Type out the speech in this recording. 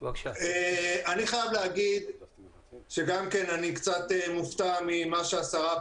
אני חייב להגיד שאני קצת מופתע ממה שהשרה.